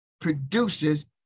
produces